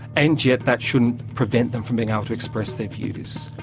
and yet, that shouldn't prevent them from being able to express their views.